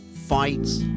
fights